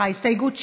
הסתייגות 7,